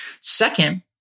Second